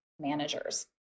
managers